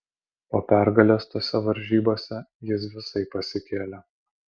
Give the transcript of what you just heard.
po pergalės tose varžybose jis visai pasikėlė